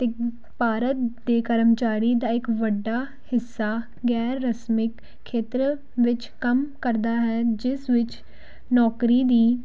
ਭਾਰਤ ਦੇ ਕਰਮਚਾਰੀ ਦਾ ਇੱਕ ਵੱਡਾ ਹਿੱਸਾ ਗੈਰ ਰਸਮੀ ਖੇਤਰ ਵਿੱਚ ਕੰਮ ਕਰਦਾ ਹੈ ਜਿਸ ਵਿੱਚ ਨੌਕਰੀ ਦੀ